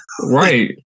Right